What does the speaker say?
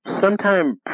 sometime